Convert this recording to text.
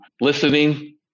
listening